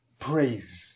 praise